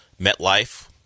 MetLife